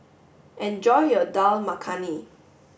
enjoy your Dal Makhani